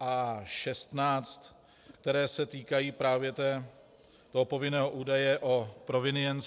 A16, které se týkají právě povinného údaje o provenienci.